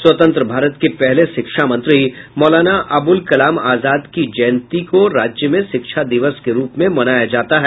स्वतंत्र भारत के पहले शिक्षा मंत्री मौलाना अब्रल कलाम आजाद की जयंती को राज्य में शिक्षा दिवस के रूप में मनाया जाता है